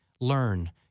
learn